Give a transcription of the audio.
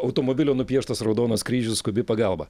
automobilio nupieštas raudonas kryžius skubi pagalba